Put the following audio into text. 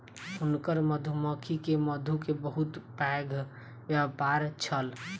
हुनकर मधुमक्खी के मधु के बहुत पैघ व्यापार छल